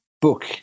book